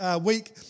week